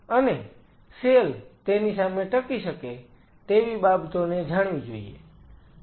અને સેલ તેની સામે ટકી શકે તેવી બાબતોને જાણવી જોઈએ